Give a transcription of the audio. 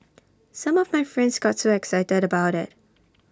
some of my friends got so excited about IT